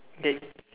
okay